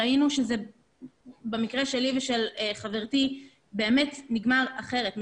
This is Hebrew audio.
ראינו שבמקרה שלי וחברתי זה באמת נגמר אחרת.